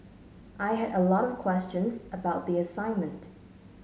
I had a lot of questions about the assignment